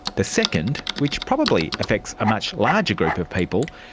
the second, which probably affects a much larger group of people,